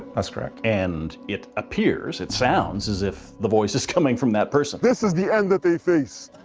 that's correct. and it appears, it sounds as if the voice is coming from that person. this is the end that they face.